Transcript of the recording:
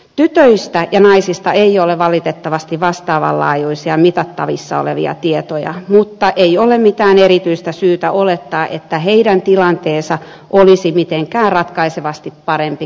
tytöistä ja naisista ei ole valitettavasti vastaavan laajuisia mitattavissa olevia tietoja mutta ei ole mitään erityistä syytä olettaa että heidän tilanteensa olisi mitenkään ratkaisevasti parempi kuin miehillä